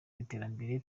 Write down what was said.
w’iterambere